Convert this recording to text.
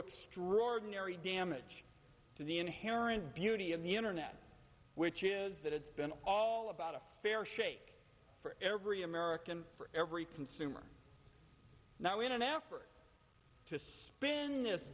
extraordinary damage to the inherent beauty of the internet which is that it's been all about a fair shake for every american for every consumer now in an effort to spin this